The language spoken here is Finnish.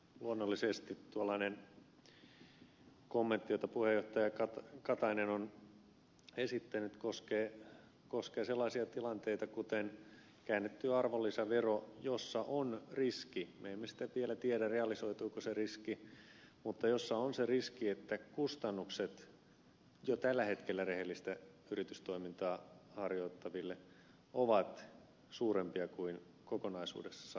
luonnollisesti tuollainen kommentti jonka puheenjohtaja katainen on esittänyt koskee sellaisia tilanteita kuten käännetty arvonlisävero jossa on se riski me emme vielä tiedä realisoituuko se riski että kustannukset jo tällä hetkellä rehellistä yritystoimintaa harjoittaville ovat suurempia kuin kokonaisuudessa saatava hyöty